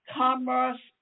commerce